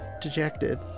dejected